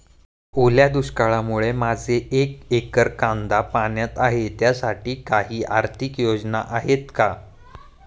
ओल्या दुष्काळामुळे माझे एक एकर कांदा पाण्यात आहे त्यासाठी काही आर्थिक योजना आहेत का?